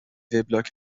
وبلاگ